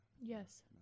Yes